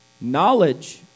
Knowledge